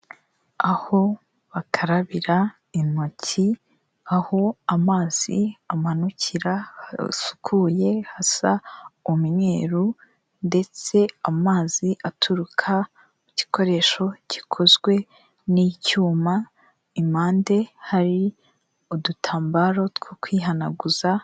Aho bakarabira intoki, aho amazi amanukira hasukuye, hasa umweru ndetse amazi aturuka ku gikoresho gikozwe n'icyuma, ku mpande hari udutambaro two kwihanaguza.